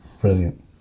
brilliant